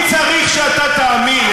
מי צריך שאתה תאמין?